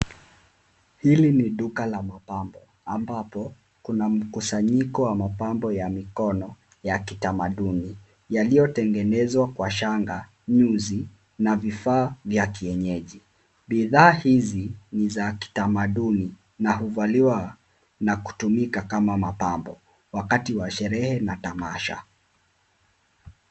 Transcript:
Hili ni duka la mapambo ambapo kuna mkusanyiko wa mapambo ya mikono ya kitamaduni yaliyotengenezwa kwa shanga, nyuzi na vifaa vya kienyeji. Bidhaa hizi ni za kitamaduni na huvaliwa na kutumika kama mapambo wakati wa sherehe na tamasha.